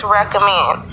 recommend